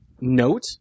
note